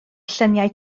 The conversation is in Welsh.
lluniau